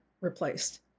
replaced